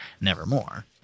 Nevermore